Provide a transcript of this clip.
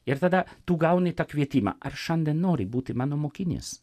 ir tada tu gauni tą kvietimą ar šiandien nori būti mano mokinys